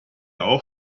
auch